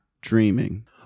dreaming